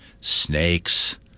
snakes